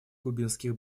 кубинских